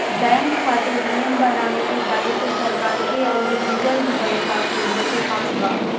bank खातिर नियम बनावे के दायित्व सरकार के अउरी रिजर्व बैंक ऑफ इंडिया के पास बा